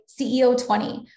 CEO20